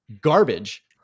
garbage